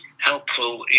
helpful